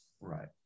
Right